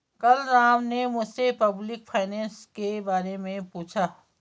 कल राम ने मुझसे पब्लिक फाइनेंस के बारे मे पूछा